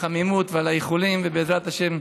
החמימות ועל האיחולים, ובעזרת השם,